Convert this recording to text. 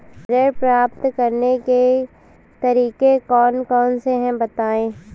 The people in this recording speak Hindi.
ऋण प्राप्त करने के तरीके कौन कौन से हैं बताएँ?